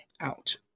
out